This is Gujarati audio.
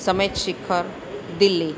સમેત શિખર દિલ્લી